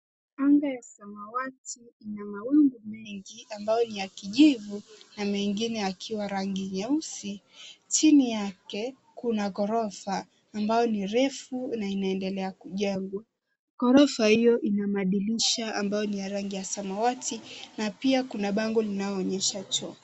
Anga ya samawati ina mawingu mengi ambayo ni ya kijivu na mengine yakiwa rangi nyeusi. Chini yake, kuna ghorofa ambayo ni refu na inaendelea kujengwa. Ghorofa hiyo ina madirisha ambayo ni ya rangi ya samawati na pia kuna bango linaloonyesha choo.